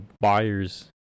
buyers